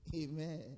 Amen